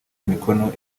imikono